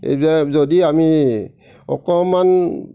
যদি আমি অকণমান